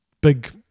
big